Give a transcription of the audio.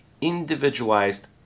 individualized